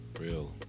Real